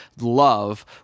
love